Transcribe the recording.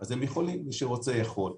הם יכולים מי שרוצה יכול.